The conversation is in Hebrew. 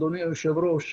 אדוני היושב ראש,